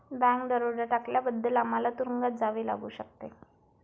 bank दरोडा टाकल्याबद्दल आम्हाला तुरूंगात जावे लागू शकते